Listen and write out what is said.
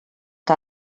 que